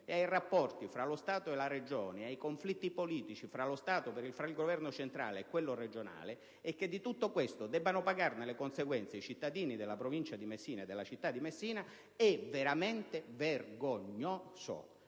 ai rapporti fra lo Stato e la Regione, ai conflitti politici tra il Governo centrale e quello regionale. Il fatto che di tutto ciò debbano pagarne le conseguenze i cittadini della provincia e della città di Messina è veramente vergognoso!